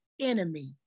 enemy